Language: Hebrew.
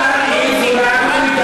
אתה חצוף.